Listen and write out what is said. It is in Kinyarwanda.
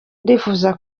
ndifuza